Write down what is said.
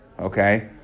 Okay